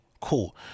cool